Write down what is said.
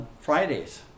Fridays